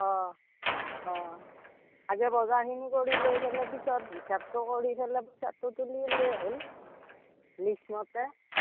অঁ অঁ আগে বজাৰখিনি কৰি লৈ পেলাই পিছত হিচাপটো কৰি পেলাই পইচাটো তুলিলেই হ'ল লিষ্ট মতে